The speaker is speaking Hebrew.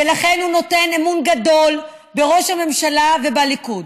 ולכן הוא נותן אמון גדול בראש הממשלה ובליכוד.